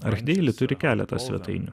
archdeili turi keletą svetainių